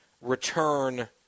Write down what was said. return